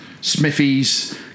smithies